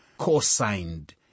co-signed